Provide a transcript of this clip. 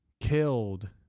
killed